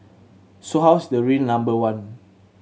so how is the real number one